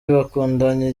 bakundanye